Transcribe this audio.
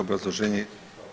Obrazloženje.